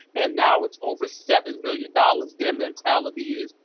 and now it's over seven million dollars. their mentality is,